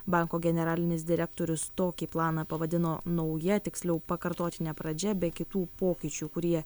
banko generalinis direktorius tokį planą pavadino nauja tiksliau pakartotine pradžia be kitų pokyčių kurie